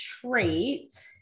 trait